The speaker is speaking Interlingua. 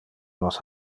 nos